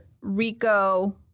Rico